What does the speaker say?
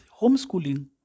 homeschooling